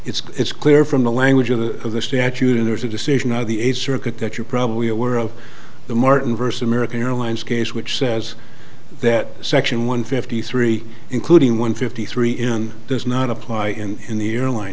that it's clear from the language of the statute and there's a decision of the eighth circuit that you're probably aware of the martin verse american airlines case which says that section one fifty three including one fifty three in does not apply in the airline